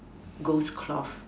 ghost cloth